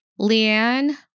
Leanne